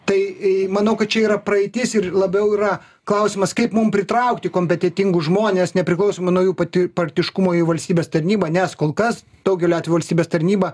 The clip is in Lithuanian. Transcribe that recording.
tai manau kad čia yra praeitis ir labiau yra klausimas kaip mum pritraukti kompetentingus žmones nepriklausomai nuo jų pati partiškumo į valstybės tarnybą nes kol kas daugeliu atvejų valstybės tarnyba